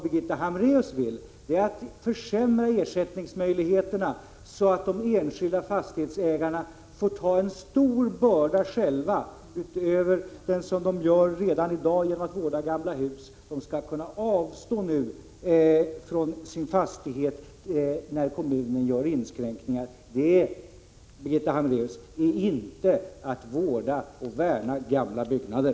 Birgitta Hambraeus vill försämra ersättningsmöjligheterna så att de enskilda fastighetsägarna får bära en stor börda själva, utöver den börda de bär redan i dag genom att Prot. 1986/87:36 vårda gamla hus. Nu skall ägarna avstå sina fastigheter när kommunen gör 26 november 1986 inskränkningar. Detta, Birgitta Hambraeus, är inte att vårda och värna EA np plen: ocker gamla byggnader.